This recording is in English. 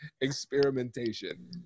experimentation